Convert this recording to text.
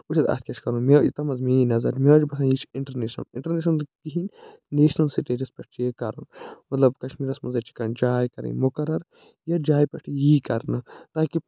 وٕچھ حظ اَتھ کیٛاہ چھِ کَرُن مےٚ حظ یوتام حظ میٲنۍ نظر مےٚ حظ چھِ باسان یہِ چھِ اِنٹَرنیشنَل اِنٛٹَرنیشنَل نہٕ کِہیٖنۍ نیشنَل سِٹیجَس پٮ۪ٹھ چھِ یہِ کَرُن مطلب کَشمیٖرَس منٛز حظ چھِ کانٛہہ جاے کَرٕنۍ مُقرر یَتھ جایہِ پٮ۪ٹھ یہِ یی کرنہٕ تاکہ